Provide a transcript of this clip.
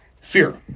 Fear